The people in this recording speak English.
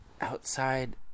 outside